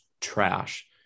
trash